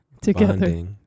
Together